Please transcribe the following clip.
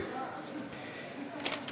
זה טס.